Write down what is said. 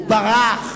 הוא ברח,